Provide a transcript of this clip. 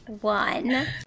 one